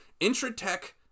Intratech